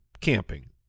camping